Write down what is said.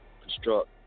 construct